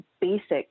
basic